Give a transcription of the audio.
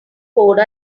code